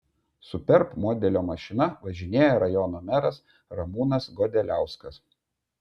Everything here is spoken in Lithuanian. superb modelio mašina važinėja rajono meras ramūnas godeliauskas